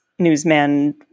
newsman